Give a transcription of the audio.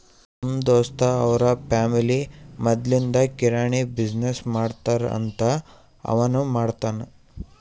ನಮ್ ದೋಸ್ತ್ ಅವ್ರ ಫ್ಯಾಮಿಲಿ ಮದ್ಲಿಂದ್ ಕಿರಾಣಿ ಬಿಸಿನ್ನೆಸ್ ಮಾಡ್ತಾರ್ ಅಂತ್ ಅವನೂ ಮಾಡ್ತಾನ್